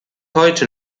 heute